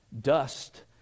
dust